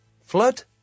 Flood